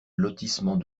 lotissement